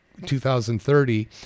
2030